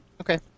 Okay